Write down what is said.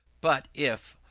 but if,